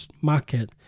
market